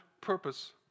purpose